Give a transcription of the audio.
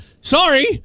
Sorry